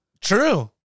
True